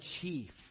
chief